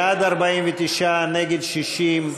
בעד, 49, נגד, 60,